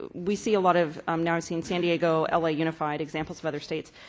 we see a lot of um now i've seen san diego, la unified, examples of other states